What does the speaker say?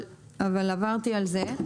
אבל עברתי על זה.